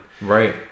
Right